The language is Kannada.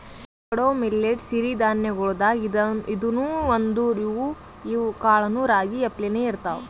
ಕೊಡೊ ಮಿಲ್ಲೆಟ್ ಸಿರಿ ಧಾನ್ಯಗೊಳ್ದಾಗ್ ಇದೂನು ಒಂದು, ಇವ್ ಕಾಳನೂ ರಾಗಿ ಅಪ್ಲೇನೇ ಇರ್ತಾವ